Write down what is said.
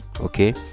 okay